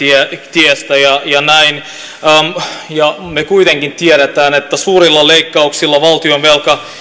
tiestä ja ja näin ja me kuitenkin tiedämme että suurilla leikkauksilla valtionvelka